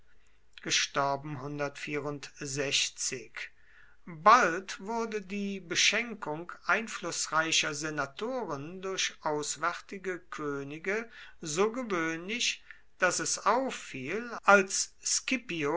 bald wurde die beschenkung einflußreicher senatoren durch auswärtige könige so gewöhnlich daß es auffiel als scipio